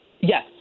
Yes